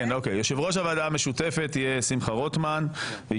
כן כן,